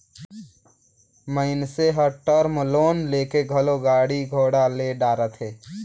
मइनसे हर term loan लेके घलो गाड़ी घोड़ा ले डारथे